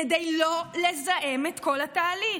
כדי לא לזהם את כל התהליך.